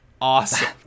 Awesome